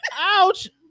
Ouch